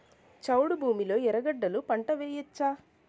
చౌడు భూమిలో ఉర్లగడ్డలు గడ్డలు పంట వేయచ్చా?